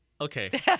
Okay